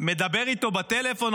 מדבר איתו בטלפון,